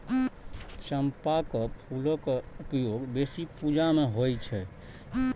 चंपाक फूलक उपयोग बेसी पूजा मे होइ छै